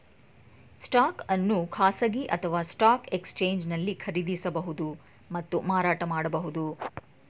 stock ಅನ್ನು ಖಾಸಗಿ ಅಥವಾ ಸ್ಟಾಕ್ ಎಕ್ಸ್ಚೇಂಜ್ನಲ್ಲಿ ಖರೀದಿಸಬಹುದು ಮತ್ತು ಮಾರಾಟ ಮಾಡಬಹುದು